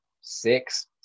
six